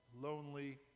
lonely